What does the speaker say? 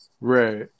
Right